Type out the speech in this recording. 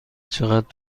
چقدر